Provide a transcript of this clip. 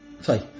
sorry